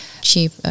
Cheap